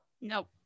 Nope